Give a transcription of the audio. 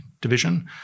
division